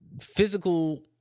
physical